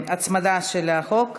הצמדה של הצעת חוק.